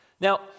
Now